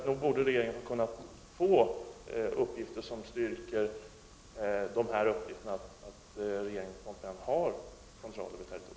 Nog borde regeringen ha kunnat få uppgifter som styrker påståendet om att regeringen i Phnom Penh har kontroll över territoriet?